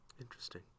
Interesting